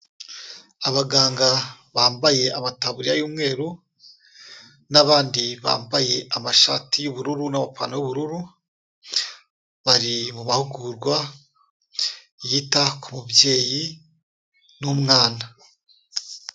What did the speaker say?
Abaganga bambaye amataburiya y'umweru n'abandi bambaye amashati y'ubururu n'amapantaro y'ubururu bari mu mahugurwa yita ku babyeyi n'umwana.